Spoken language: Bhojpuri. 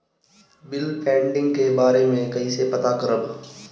बिल पेंडींग के बारे में कईसे पता करब?